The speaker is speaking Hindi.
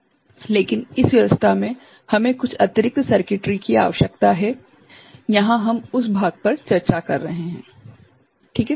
लेकिन इस व्यवस्था में हमें कुछ अतिरिक्त सर्किटरी की आवश्यकता है यहाँ हम उस भाग पर चर्चा कर रहे हैं ठीक है